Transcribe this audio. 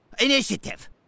initiative